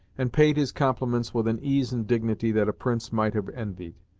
and paid his compliments with an ease and dignity that a prince might have envied.